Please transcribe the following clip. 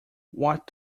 what